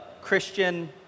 Christian